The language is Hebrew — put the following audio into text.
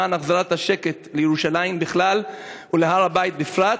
על הפעילות שלך למען החזרת השקט לירושלים בכלל ולהר-הבית בפרט,